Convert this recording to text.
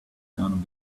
going